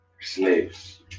Slaves